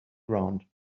ground